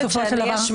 בסופו של דבר,